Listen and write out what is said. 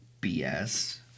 BS